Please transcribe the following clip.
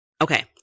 Okay